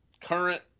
current